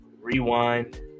Rewind